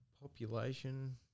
Population